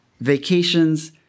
vacations